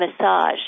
massage